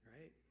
right